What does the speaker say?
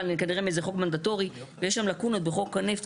כנראה מאיזה חוק מנדטורי ויש שם לקונות בחוק הנפט,